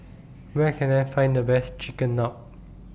Where Can I Find The Best Chigenabe